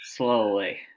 Slowly